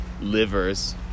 livers